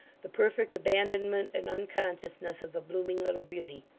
the perfect abandonment and unconsciousness of the blooming little beauty?